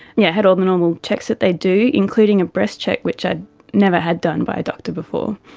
yeah had all the normal checks that they do, including a breast check, which i had never had done by a doctor before,